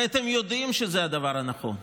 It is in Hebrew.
הרי אתם יודעים שזה הדבר הנכון.